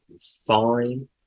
fine